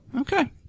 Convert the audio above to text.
Okay